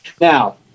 Now